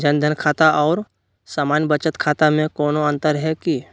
जन धन खाता और सामान्य बचत खाता में कोनो अंतर है की?